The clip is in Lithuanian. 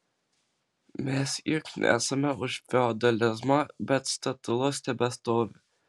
mes juk nesame už feodalizmą bet statulos tebestovi